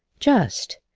just,